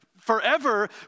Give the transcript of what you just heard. forever